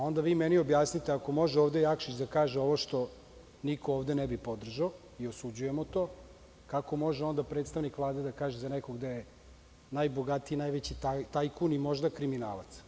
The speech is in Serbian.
Onda vi meni objasnite, ako može ovde Jakšić da kaže ovo što niko ovde ne bi podržao i osuđujemo to, kako može onda predstavnik Vlade da kaže za nekog da je najbogatiji i najveći tajkun i možda kriminalac?